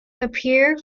appear